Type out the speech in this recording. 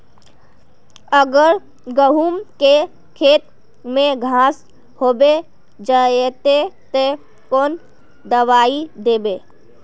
अगर गहुम के खेत में घांस होबे जयते ते कौन दबाई दबे?